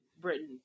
Britain